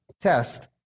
test